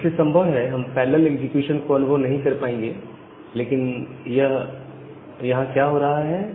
और इसलिए संभव है हम पैरेलल एग्जीक्यूशन को अनुभव नहीं कर पाएंगे लेकिन यहां क्या हो रहा है